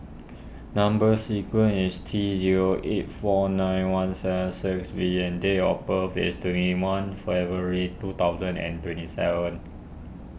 Number Sequence is T zero eight four nine one seven six V and date of birth is twenty one February two thousand and twenty seven